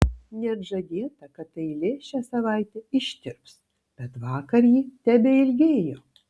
net žadėta kad eilė šią savaitę ištirps bet vakar ji tebeilgėjo